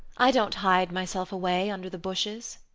i don't hide myself away under the bushes.